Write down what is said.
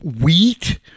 wheat